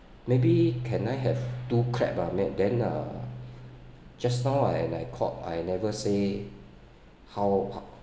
maybe can I have two crab ah then then uh just now when I called I never say how